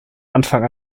anfang